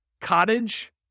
Cottage